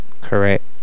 correct